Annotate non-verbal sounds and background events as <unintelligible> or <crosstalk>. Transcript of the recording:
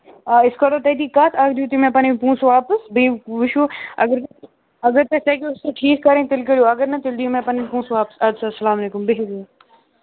آ أسۍ کَرو تٔتی کَتھ اَکھ دِیِو تُہۍ مےٚ پَنٕنۍ پونٛسہٕ واپَس بیٚیہِ وٕچھوٕ اگر <unintelligible> اگر تۄہہٕ تَگِوُ سُہ ٹھیٖک کَرٕنۍ تیٚلہِ کٔرِو اگر نہٕ تیٚلہِ دِیِو مےٚ پَنٕنۍ پونٛسہٕ واپَس اَدٕ سا السلام علیکُم بِہِو بِہِو